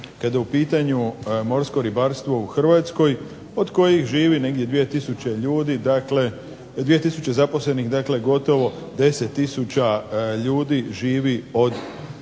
kada je u pitanju morsko ribarstvo u Hrvatskoj, od kojih živi negdje 2 tisuće ljudi dakle, 2 tisuće zaposlenih, dakle gotovo 10 tisuća ljudi živi od morskog